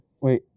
Wait